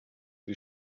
die